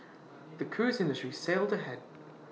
the cruise industry sailed ahead